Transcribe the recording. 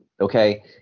Okay